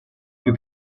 più